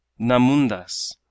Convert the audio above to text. Namundas